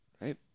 right